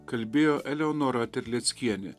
kalbėjo eleonora terleckienė